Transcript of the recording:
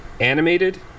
animated